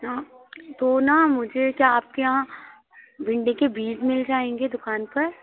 हाँ तो ना मुझे क्या आपके यहाँ भिंडी के बीज मिल जाएँगे दुकान पर